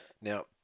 Now